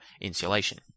insulation